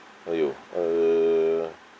!aiyo! uh